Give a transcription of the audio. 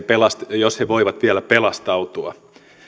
pelastaa jos he voivat vielä pelastautua